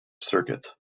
circuit